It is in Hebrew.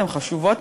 הן חשובות,